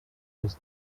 les